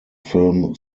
film